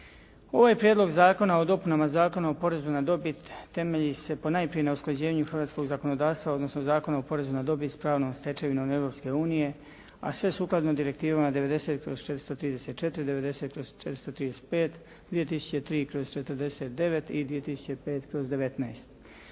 Ovo je Prijedlog zakona od dopunama Zakona o porezu na dobit, temelji se ponajprije na usklađenju hrvatskog zakonodavstva, odnosno Zakona o porezu na dobit s pravnom stečevinom Europske unije a sve sukladno Direktivom 90/434, 90/435, 2003/49 i 2005/19.